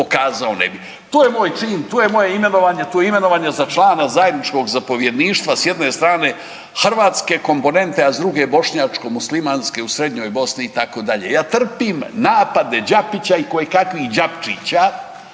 pokazao ne bi. To je moj cilj, tu je moje imenovanje, tu je imenovanje za člana zajedničkog zapovjedništva s jedne strane hrvatske komponente, a s druge bošnjačko muslimanske u Srednjoj Bosni itd., ja trpim napade Đapića i koje kakvih Đapćčća,